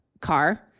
car